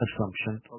assumption